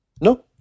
No